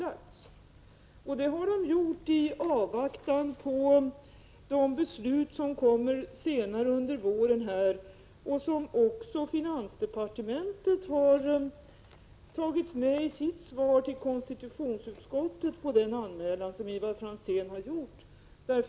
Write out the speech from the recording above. Ansökningarna har bordlagts i avvaktan på de beslut som kommer senare under våren och som finansdepartementet har tagit med i sitt svar till KU på den anmälan som Ivar Franzén har lämnat.